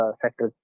sector